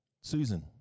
Susan